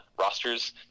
rosters